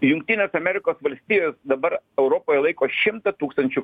jungtinės amerikos valstijos dabar europoje laiko šimtą tūkstančių